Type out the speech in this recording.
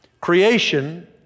Creation